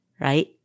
right